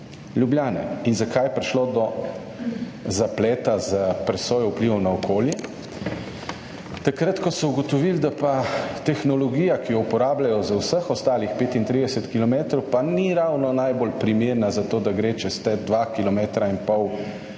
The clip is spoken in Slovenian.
Ljubljane. Zakaj je prišlo do zapleta za presojo vplivov na okolje? Takrat, ko so ugotovili, da pa tehnologija, ki jo uporabljajo za vseh ostalih 35 kilometrov, pa ni ravno najbolj primerna za to, da gre čez te dva